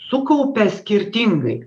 sukaupia skirtingai